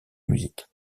musique